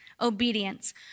Obedience